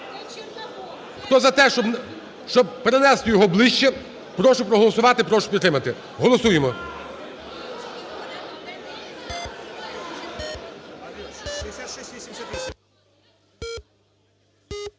Хто за те, щоб перенести його ближче, прошу проголосувати, прошу підтримати. Голосуємо.